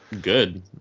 good